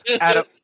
Adam